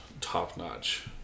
top-notch